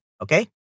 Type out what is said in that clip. Okay